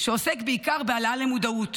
שעוסק בעיקר בהעלאה למודעות.